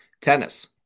Tennis